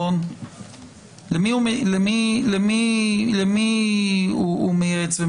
למי הוא מייעץ?